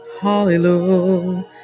hallelujah